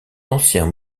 ancien